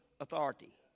authority